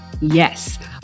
Yes